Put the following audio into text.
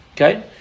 Okay